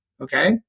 Okay